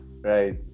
right